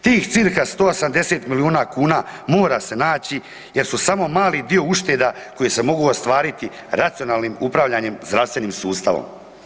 Tih cirka 180 milijuna kuna mora se naći, jer su samo mali dio ušteda koje se mogu ostvariti racionalnim upravljanjem zdravstvenim sustavom.